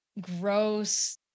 gross